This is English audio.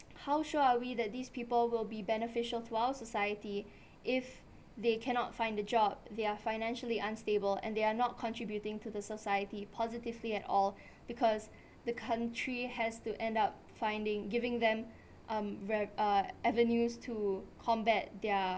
how sure are we that these people will be beneficial to our society if they cannot find a job they are financially unstable and they are not contributing to the society positively at all because the country has to end up finding giving them um re~ uh avenues to combat their